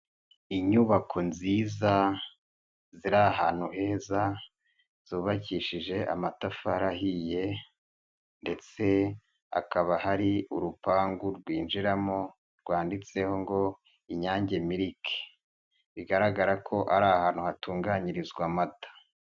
Inyubako nziza ziri ahantu heza, zubakishije amatafari ahiye ndetse hakaba hari urupangu rwinjiramo, rwanditseho ngo Inyange Milike, bigaragara ko ari ahantu hatunganyirizwa amata.